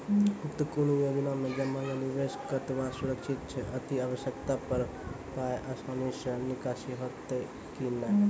उक्त कुनू योजना मे जमा या निवेश कतवा सुरक्षित छै? अति आवश्यकता पर पाय आसानी सॅ निकासी हेतै की नै?